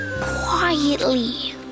quietly